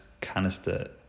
canister